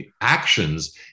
actions